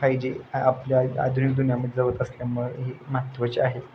five G आपल्या आधुनिक दुनियामध्ये जवळच असल्यामुळे ही महत्त्वाचे आहे